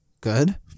good